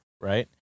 right